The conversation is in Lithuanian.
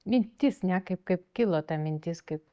mintis ne kaip kaip kaip kilo ta mintis kaip